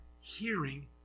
hearing